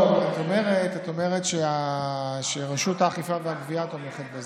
לא, אבל את אומרת שרשות האכיפה והגבייה תומכת בזה.